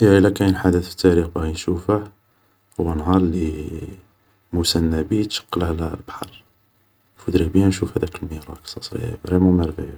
هي الا كاين حدث في التاريخ باغي نشوفه هو نهار اللي موسى النبي تشقله لبحر, جو فودري بيان نشوف هداك الميراكل سا سوري فريمون مارفيو